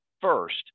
first